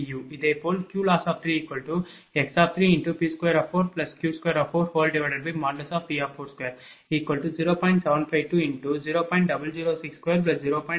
இதேபோல் QLoss3x3P24Q24| V4|20